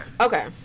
Okay